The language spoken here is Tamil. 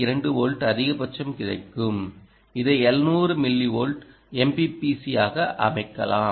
2 வோல்ட் அதிகபட்சம் கிடைக்கும் இதை 700 மில்லிவால்ட் MPPC ஆக அமைக்கலாம்